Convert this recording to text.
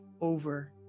over